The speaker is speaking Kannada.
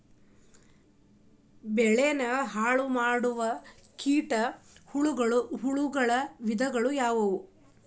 ಬೆಳೆನ ಹಾಳುಮಾಡುವ ಚಿಟ್ಟೆ ಹುಳುಗಳ ವಿಧಗಳು ಯಾವವು?